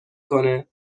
کنه